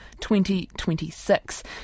2026